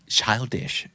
childish